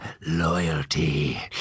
loyalty